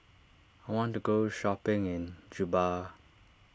I want to go shopping in Juba